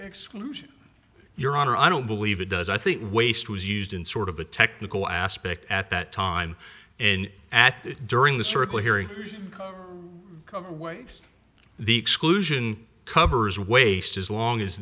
exclusion your honor i don't believe it does i think waist was used in sort of a technical aspect at that time and during the circle hearing the exclusion covers waste as long as